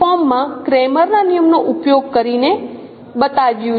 ફોર્મમાં ક્રેમર ના નિયમનો ઉપયોગ કરીને બતાવ્યું છે